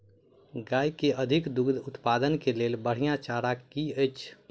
गाय केँ अधिक दुग्ध उत्पादन केँ लेल बढ़िया चारा की अछि?